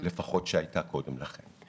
שהייתה קודם לכן.